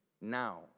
now